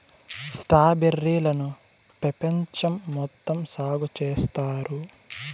strawberry లను పెపంచం మొత్తం సాగు చేత్తారు